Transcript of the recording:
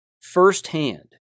firsthand